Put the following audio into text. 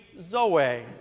zoe